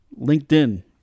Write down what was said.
LinkedIn